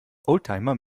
oldtimer